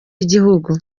igihugu